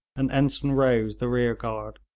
and ensign rose the rear-guard.